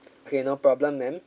okay no problem ma'am